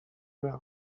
vers